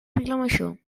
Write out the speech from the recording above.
vilamajor